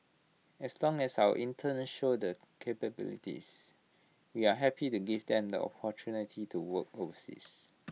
as long as our interns show their capabilities we are happy the give them the opportunity to work overseas